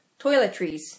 Toiletries